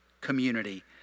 community